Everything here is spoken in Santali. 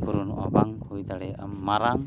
ᱯᱩᱨᱩᱱᱚᱜᱼᱟ ᱵᱟᱝ ᱦᱩᱭ ᱫᱟᱲᱮᱭᱟᱜᱼᱟ ᱢᱟᱨᱟᱝ